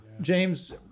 james